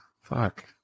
Fuck